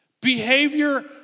behavior